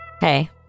Hey